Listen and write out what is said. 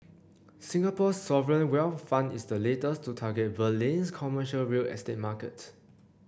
Singapore's sovereign wealth fund is the latest to target Berlin's commercial real estate market